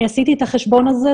אני עשיתי את החשבון הזה,